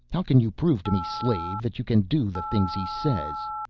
how can you prove to me, slave, that you can do the things he says?